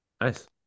Nice